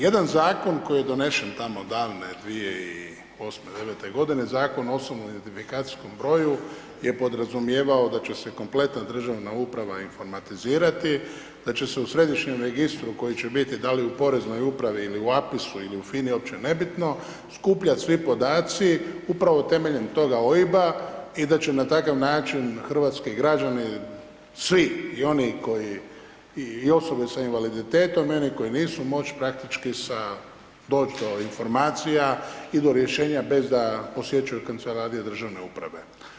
Jedan Zakon koji je donešen tamo davne 2008.-me, 2009.-te godine, Zakon o osobnom identifikacijskom broju (OIB) je podrazumijevao da će se kompletna državna uprava informatizirati, da će se u središnjem registru koji će biti, da li u Poreznoj upravi ili u APIS-u ili u FINA-i, uopće nebitno, skupljat svi podaci upravo temeljem toga OIB-a i da će na takav način hrvatski građani, svi i oni koji i osobe sa invaliditetom i oni koji nisu, moć praktički sa, doć do informacija i do rješenja bez da posjećaju kancelarije državne uprave.